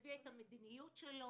את המדיניות שלו,